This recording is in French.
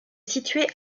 situé